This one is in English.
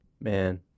Man